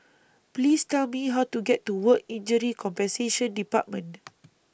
Please Tell Me How to get to Work Injury Compensation department